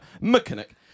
mechanic